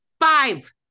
Five